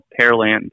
Pearland